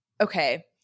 okay